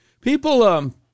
People